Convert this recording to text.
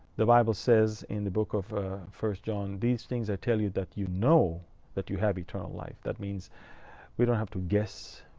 the bible says in the book of one john, these things i tell you that you know that you have eternal life. that means we don't have to guess.